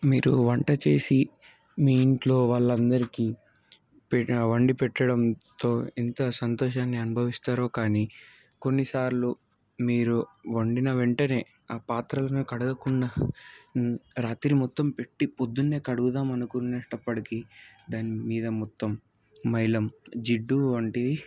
మీరు వంట చేసి మీ ఇంట్లో వాళ్ళందరికీ వండి పెట్టడంతో ఎంత సంతోషాన్ని అనుభవిస్తారో కానీ కొన్నిసార్లు మీరు వండిన వెంటనే ఆ పాత్రలను కడగకుండా రాత్రి మొత్తం పెట్టి పొద్దున్నే కడుగుదాము అనుకునేటప్పటికి దానిమీద మొత్తం మైల జిడ్డు వంటివి